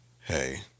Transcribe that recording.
hey